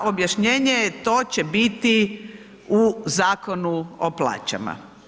Objašnjenje je to će biti u Zakonu o plaćama.